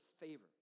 favor